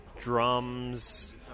drums